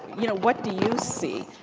you know, what do you see?